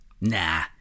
Nah